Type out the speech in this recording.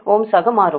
25Ω ஆக மாறும்